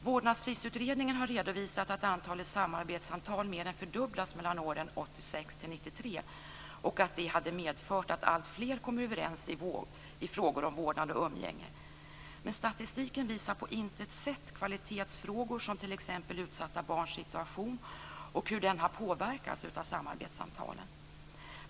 Vårdnadstvistutredningen har redovisat att antalet samarbetssamtal mer än fördubblats mellan åren 1986 och 1993, och att detta har medfört att alltfler kommer överens i frågor om vårdnad och umgänge. Men statistiken visar på intet sätt kvalitetsfrågor som t.ex. utsatta barns situation och hur den har påverkats av samarbetssamtalen.